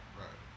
right